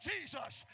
Jesus